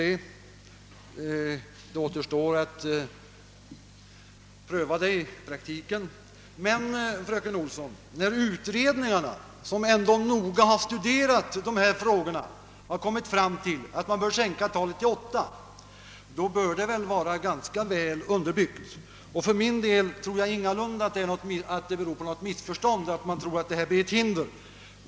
Det återstår att se hur det kommer att bli i praktiken. Men, fröken Olsson, utredningsförslagen om att maximitalet bör sänkas till åtta, får väl ändå anses vara ganska väl underbyggda, eftersom utredningarna studerat dessa frågor mycket noga. För min del anser jag inte alls att det bygger på något missförstånd, när man säger, att det av utskottet föreslagna maximitalet blir till hinder för undervisningen.